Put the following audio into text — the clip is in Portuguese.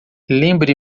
lembre